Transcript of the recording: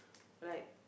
like